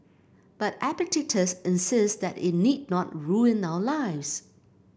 but Epictetus insists that it need not ruin our lives